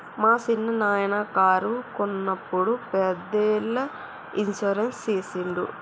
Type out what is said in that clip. మా సిన్ననాయిన కారు కొన్నప్పుడు పదేళ్ళ ఇన్సూరెన్స్ సేసిండు